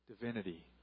divinity